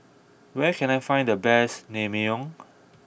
where can I find the best Naengmyeon